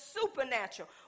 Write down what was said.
supernatural